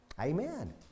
Amen